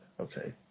Okay